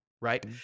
right